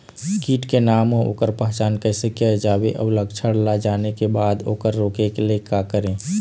कीट के नाम अउ ओकर पहचान कैसे किया जावे अउ लक्षण ला जाने के बाद मा ओकर रोके ले का करें?